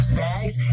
bags